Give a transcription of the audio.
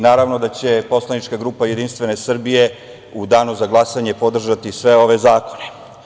Naravno da će poslanička grupa JS u Danu za glasanje podržati sve ove zakone.